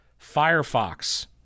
Firefox